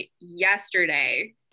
yesterday